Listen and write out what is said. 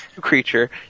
creature